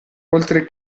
oltre